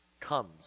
comes